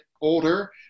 older